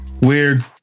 Weird